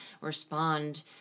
respond